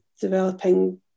developing